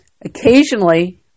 occasionally